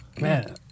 Man